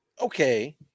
okay